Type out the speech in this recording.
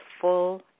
full